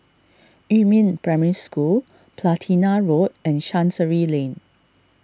Yumin Primary School Platina Road and Chancery Lane